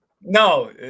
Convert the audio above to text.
no